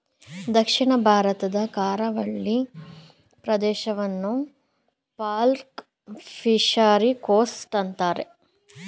ದಕ್ಷಿಣ ಭಾರತದ ಕರಾವಳಿ ಪ್ರದೇಶವನ್ನು ಪರ್ಲ್ ಫಿಷರಿ ಕೋಸ್ಟ್ ಅಂತರೆ